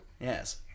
Yes